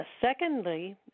Secondly